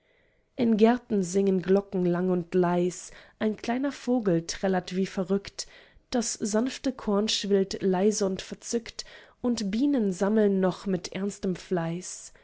in gärten sinken glocken lang und leis ein kleiner vogel trällert wie verrückt das sanfte korn schwillt leise und verzückt und bienen sammeln noch mit ernstem fleiß